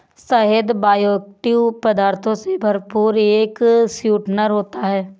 शहद बायोएक्टिव पदार्थों से भरपूर एक स्वीटनर होता है